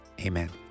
amen